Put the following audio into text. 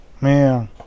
man